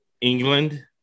England